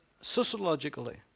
sociologically